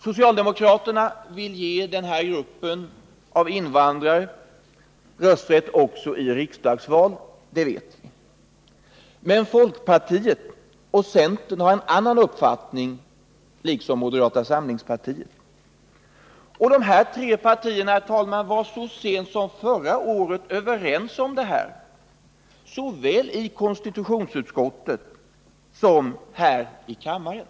Socialdemokraterna vill ge den här gruppen av invandrare rösträtt också i riksdagsval, det vet vi. Men folkpartiet och centern har en annan uppfattning, liksom moderata samlingspartiet. De tre borgerliga partierna var, herr talman, så sent som förra året överens i denna fråga såväl i konstitutionsutskottet som här i kammaren.